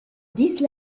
disent